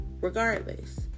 Regardless